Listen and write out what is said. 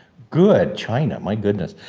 good, china, my goodness.